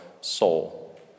soul